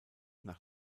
nach